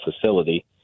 facility